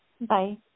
Bye